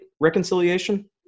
reconciliation